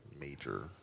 major